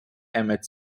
emmett